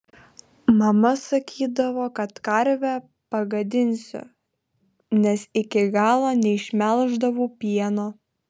mama sakydavo kad karvę pagadinsiu nes iki galo neišmelždavau pieno